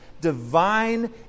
divine